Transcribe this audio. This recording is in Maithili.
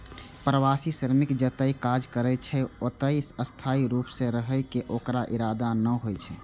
प्रवासी श्रमिक जतय काज करै छै, ओतय स्थायी रूप सं रहै के ओकर इरादा नै होइ छै